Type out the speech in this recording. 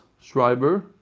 Schreiber